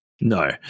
No